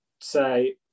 say